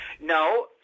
No